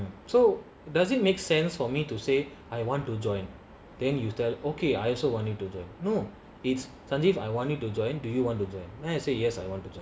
so it doesn't make sense for me to say I want to join then you tell me okay I also want you to join no is sanjeev I want you to join do you want to join then I say yes I want to join